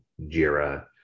Jira